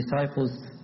disciples